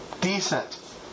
decent